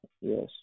Yes